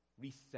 reset